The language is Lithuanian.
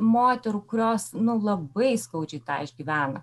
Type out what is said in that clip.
moterų kurios nu labai skaudžiai tą išgyvena